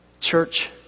church